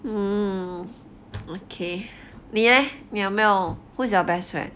mm okay 你 leh 你有没有 who's your best friend